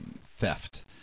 theft